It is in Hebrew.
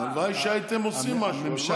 הלוואי שהייתם עושים משהו.